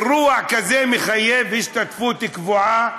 אירוע כזה מחייב השתתפות קבועה,